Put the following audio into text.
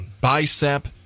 bicep